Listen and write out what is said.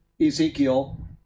Ezekiel